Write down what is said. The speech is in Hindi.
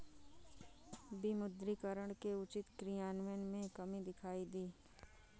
विमुद्रीकरण के उचित क्रियान्वयन में कमी दिखाई दी